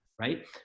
Right